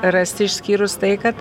rasti išskyrus tai kad